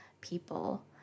people